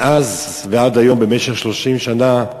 מאז ועד היום, במשך 30 שנה,